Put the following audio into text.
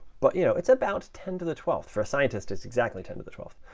but you know it's about ten to the twelfth. for a scientist, it's exactly ten to the twelfth.